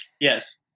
Yes